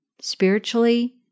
spiritually